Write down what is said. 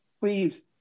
Please